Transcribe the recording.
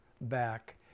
back